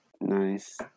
Nice